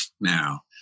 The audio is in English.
now